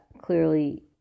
clearly